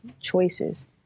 choices